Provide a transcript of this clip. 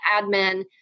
admin